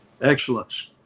excellence